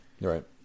right